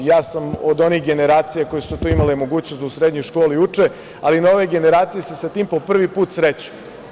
Ja sam od onih generacija koje su imale tu mogućnost da u srednjoj školi uče, ali nove generaciji se sa tim po prvi put sreću.